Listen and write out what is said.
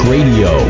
Radio